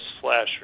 slasher